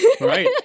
Right